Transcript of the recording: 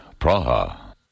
Praha